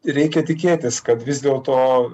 reikia tikėtis kad vis dėl to